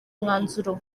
umwanzuro